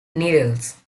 needles